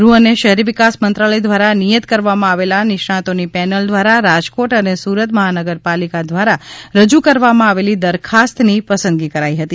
ગૃહ અને શહેરી વિકાસ મંત્રાલય દ્વારા નિયત કરવામાં આવેલ નિષ્ણાંતોની પેનલ દ્વારા રાજકોટ અને સુરત મહાનગરપાલિકા દ્વારા રજૂ કરવામાં આવેલી દરખાસ્તની પસંદગી કરાઈ હતી